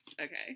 Okay